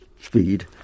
speed